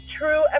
true